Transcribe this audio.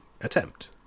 attempt